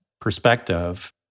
perspective